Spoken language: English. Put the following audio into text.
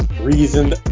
reason